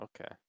Okay